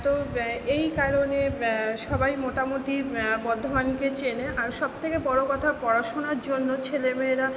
তো এই কারণে সবাই মোটামুটি বর্ধমানকে চেনে আর সবথেকে বড় কথা পড়াশুনার জন্য ছেলে মেয়েরা